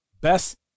best